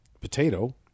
potato